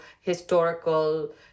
historical